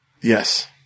Yes